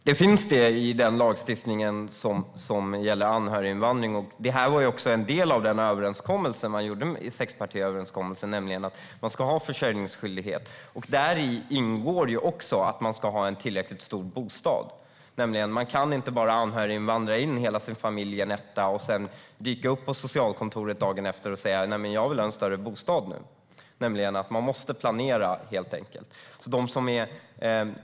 Herr talman! Det finns det i den lagstiftning som gäller anhöriginvandring. Det här var ju också en del av sexpartiöverenskommelsen, nämligen att man ska ha försörjningsskyldighet. Däri ingår också att man ska ha en tillräckligt stor bostad. Man kan inte bara låta hela sin familj anhöriginvandra och bosätta sig i en etta och sedan dyka upp på socialkontoret dagen efter och säga: Jag vill ha en större bostad nu. Man måste helt enkelt planera.